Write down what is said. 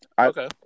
Okay